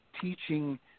teaching